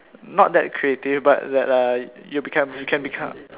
not that creative but uh you become you can become